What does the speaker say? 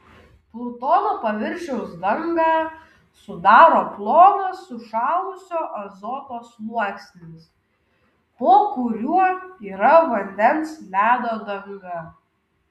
plutono paviršiaus dangą sudaro plonas sušalusio azoto sluoksnis po kuriuo yra vandens ledo danga